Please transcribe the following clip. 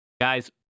Guys